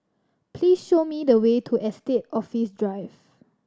please show me the way to Estate Office Drive